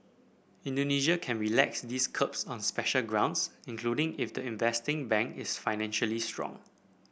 Indonesia can relax these curbs on special grounds including if the investing bank is financially strong